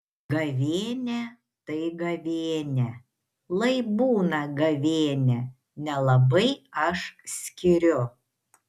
gavėnia tai gavėnia lai būna gavėnia nelabai aš skiriu